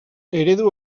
eredu